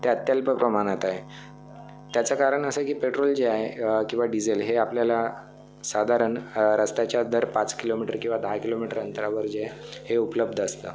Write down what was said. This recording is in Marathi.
ते अत्यल्प प्रमाणात आहे त्याचं कारण असं की पेट्रोल जे आहे किंवा डिजेल हे आपल्याला साधारण रस्त्याच्या दर पाच किलोमीटर किंवा दहा किलोमीटर अंतरावर जे हे उपलब्ध असतं